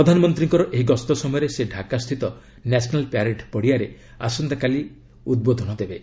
ପ୍ରଧାନମନ୍ତ୍ରୀଙ୍କର ଏହି ଗସ୍ତ ସମୟରେ ସେ ଢାକା ସ୍ଥିତ ନ୍ୟାସନାଲ୍ ପ୍ୟାରେଡ୍ ପଡ଼ିଆରେ ଆସନ୍ତାକାଲି ଉଦ୍ବୋଧନ ଦେବେ